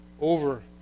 over